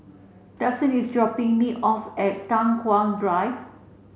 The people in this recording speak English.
Daxton is dropping me off at Tai Hwan Drive